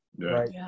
right